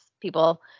people